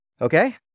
Okay